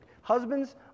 Husbands